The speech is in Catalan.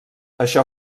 això